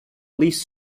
least